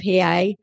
PA